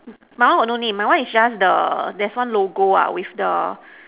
my one got no name my one is just the there's one logo ah with the